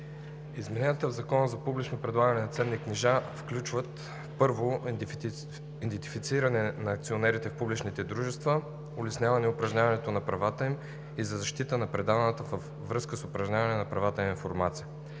Измененията в Закона за публичното предлагане на ценни книжа включват: 1. Идентифициране на акционерите в публични дружества, улесняване упражняването на правата им и защита на предаваната във връзка с упражняването на правата им информация.